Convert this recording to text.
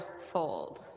fold